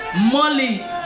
Molly